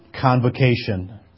Convocation